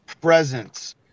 presence